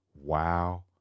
wow